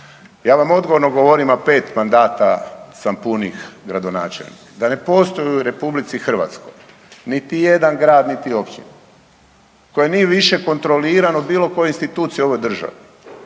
Ja vam odgovorno govorim, a 5 mandata sam punih gradonačelnik, da ne postoji u RH niti jedan grad niti općina koja nije više kontroliran od bilo koje institucije u ovoj državi